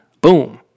Boom